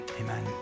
amen